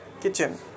Kitchen